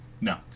no